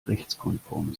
rechtskonform